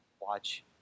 watch